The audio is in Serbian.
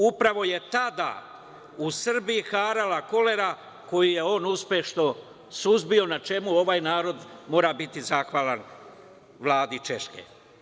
Upravo je tada u Srbiji harala kolera koju je on uspešno suzbio, na čemu ovaj narod mora biti zahvalan Vladi Češke.